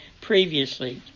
previously